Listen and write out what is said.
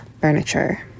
Furniture